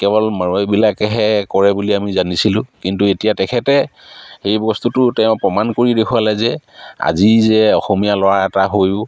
কেৱল মাৰোৱাৰীবিলাকেহে কৰে বুলি আমি জানিছিলোঁ কিন্তু এতিয়া তেখেতে সেই বস্তুটো তেওঁ প্ৰমাণ কৰি দেখুৱালে যে আজি যে অসমীয়া ল'ৰা এটা হৈয়ো